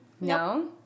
No